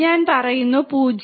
ഞാൻ പറയുന്നു 0°